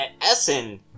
Essen